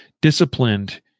disciplined